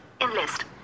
enlist